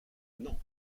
non